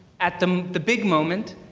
at the um the big moment.